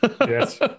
Yes